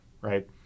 right